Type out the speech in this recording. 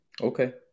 Okay